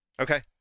Okay